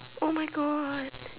oh my God